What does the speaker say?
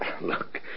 Look